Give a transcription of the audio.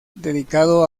dedicado